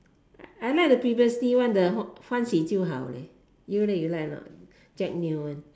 I like the previously one the 欢喜就好 you leh you like or not Jack Neo